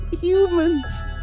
humans